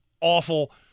awful